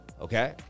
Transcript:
Okay